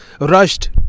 rushed